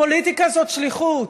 הפוליטיקה זאת שליחות.